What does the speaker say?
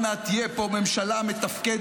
עוד מעט תהיה פה ממשלה מתפקדת,